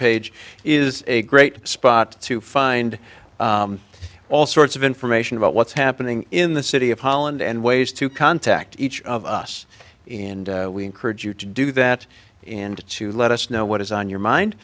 page is a great spot to find all sorts of information about what's happening in the city of holland and ways to contact each of us in and we encourage you to do that in to to let us know what is on your mind